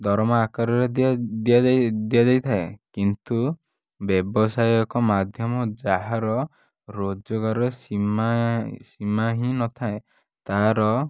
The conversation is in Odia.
ଦରମା ଆକାରରେ ଦିଆଯାଇଥାଏ କିନ୍ତୁ ବ୍ୟବସାୟ ଏକ ମାଧ୍ୟମ ଯାହାର ରୋଜଗାରର ସୀମା ସୀମା ହିଁ ନଥାଏ ତାହାର